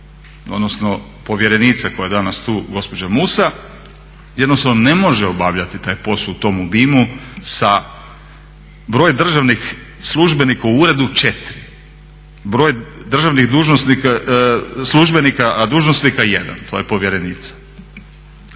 odnosno povjerenica koja je danas tu gospođa Musa jednostavno može obavljati taj posao u tom obimu. Broj državnih službenika u uredu je četiri, broj državnih dužnosnika, službenika a dužnosnika jedan to je povjerenica.